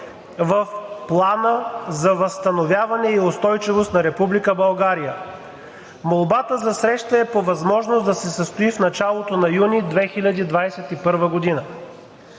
в Плана за възстановяване и устойчивост на Република България. Молбата за среща е по възможност да се състои в началото на юни 2021 г.